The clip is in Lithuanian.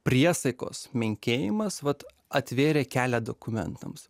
priesaikos menkėjimas vat atvėrė kelią dokumentams